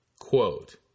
Quote